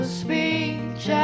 speech